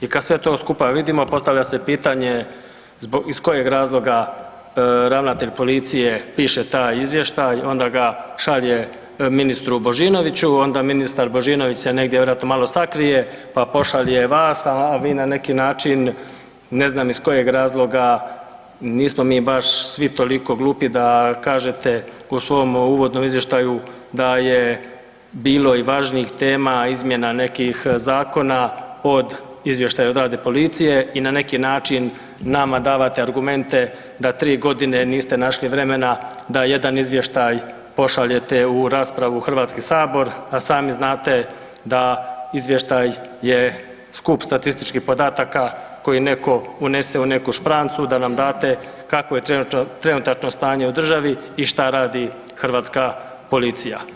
I kad sve to skupa vidimo postavlja se pitanje iz kojeg razloga ravnatelj policije piše taj izvještaj, onda ga šalje ministru Božinoviću, onda ministar Božinović se negdje vjerojatno malo sakrije pa pošalje vas, a vi na neki način ne znam iz kojeg razloga, nismo mi baš svi toliko glupi da kažete u svom uvodnom izvještaju da je bilo i važnijih tema, izmjena nekih zakona od izvještaja o radu policije i na neki način nama davate argumente da 3 godine niste našli vremena da jedan izvještaj pošaljete u raspravu u Hrvatski sabor, a sami znate da izvještaj je skup statističkih podataka koje netko unese u neku šprancu da nam date kakvo je trenutačno stanje u državi i šta radi hrvatska policije.